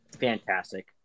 fantastic